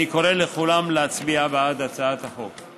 אני קורא לכולם להצביע בעד הצעת החוק.